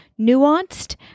nuanced